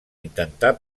intentar